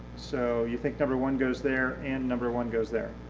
so you think number one goes there and number one goes there.